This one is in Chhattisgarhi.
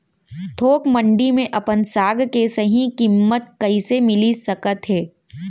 थोक मंडी में अपन साग के सही किम्मत कइसे मिलिस सकत हे?